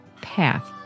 path